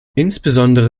insbesondere